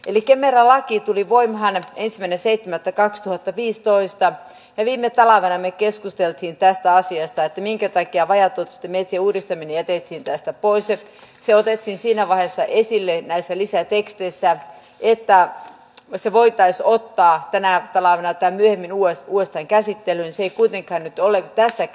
eli kemera laki tuli voimaan ensimmäinen seitsemättä kaksituhattaviisitoista perinne talavenani keskusteltiin tästä asiasta minkä takia vajaa tutkineet julkisten vietettiin tästä voisi sijoitettiin siinä vaiheessa esille näissä lisäteksteissä liittää vesi voitaisi ottaa enää pelaa välttää mihin minua ainoaan käsittelyyn se ei kuitenkaan nyt ole päässeet